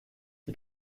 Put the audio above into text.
die